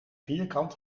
vierkant